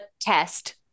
test